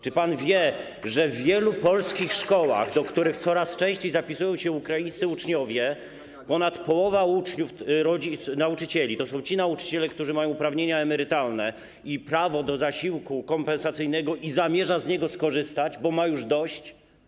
Czy pan wie, że w wielu polskich szkołach, do których coraz częściej zapisują się ukraińscy uczniowie, ponad połowa nauczycieli to są nauczyciele, którzy mają uprawnienia emerytalne i prawo do zasiłku kompensacyjnego, z którego zamierzają skorzystać, bo mają już dość?